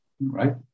right